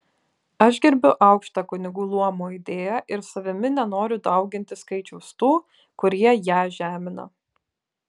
aš gerbiu aukštą kunigų luomo idėją ir savimi nenoriu dauginti skaičiaus tų kurie ją žemina